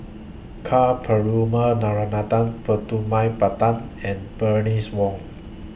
Ka Perumal Narana Putumaippittan and Bernice Wong